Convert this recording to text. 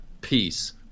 Peace